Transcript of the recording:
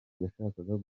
yashakaga